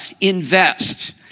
invest